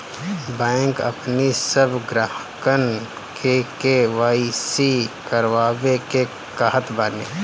bank अपनी सब ग्राहकन के के.वाई.सी करवावे के कहत बाने